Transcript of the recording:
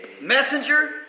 Messenger